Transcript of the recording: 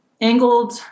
angled